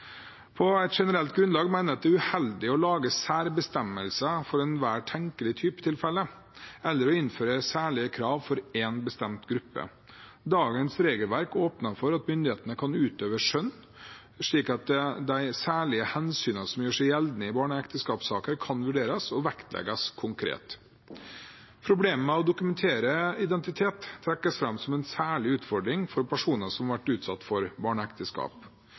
På et generelt grunnlag mener jeg det er uheldig å lage særbestemmelser for ethvert tenkelig tilfelle eller å innføre særlige krav for én bestemt gruppe. Dagens regelverk åpner for at myndighetene kan utøve skjønn, slik at de særlige hensynene som gjør seg gjeldende i barneekteskapssaker, kan vurderes og vektlegges konkret. Problemet med å dokumentere identitet trekkes fram som en særlig utfordring for personer som har vært utsatt for barneekteskap.